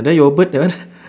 then your bird that one eh